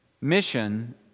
mission